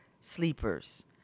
sleepers